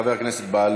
חבר הכנסת בהלול,